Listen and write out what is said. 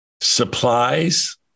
Supplies